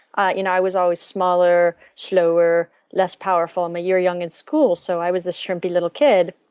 i you know i was always smaller, slower, less powerful, i'm a year younger in school, so i was this shrimpy little kid